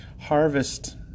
harvest